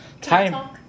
time